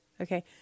okay